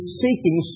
seeking